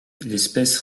l’espèce